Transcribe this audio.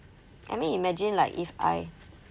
I mean imagine like if I